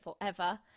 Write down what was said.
forever